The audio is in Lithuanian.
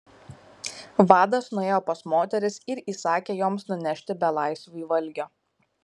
vadas nuėjo pas moteris ir įsakė joms nunešti belaisviui valgio